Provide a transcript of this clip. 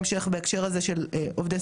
אבל יש פה חלק,